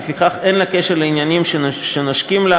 ולפיכך אין לה קשר לעניינים שנושקים לה,